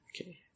Okay